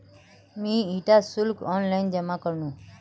मी इटा शुल्क ऑनलाइन जमा करनु